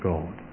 God